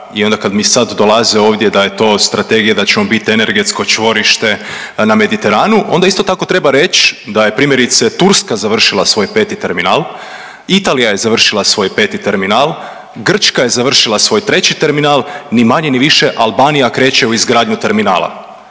I onda kad mi sad dolaze ovdje da je to strategija da ćemo biti energetsko čvorište na Mediteranu, onda isto tako treba reći da je primjerice Turska završila svoj peti terminal, Italija je završila svoj peti terminal, Grčka je završila svoj treći terminal, ni manje ni više Albanija kreće u izgradnju terminala,